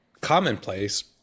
commonplace